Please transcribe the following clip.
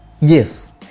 Yes